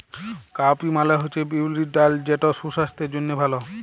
cowpea মালে হছে বিউলির ডাল যেট সুসাস্থের জ্যনহে ভাল